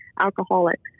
alcoholics